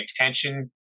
attention